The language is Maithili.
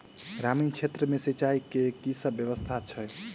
ग्रामीण क्षेत्र मे सिंचाई केँ की सब व्यवस्था छै?